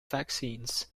vaccines